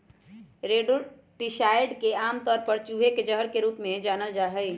rodenticides के आमतौर पर चूहे के जहर के रूप में जानल जा हई